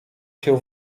się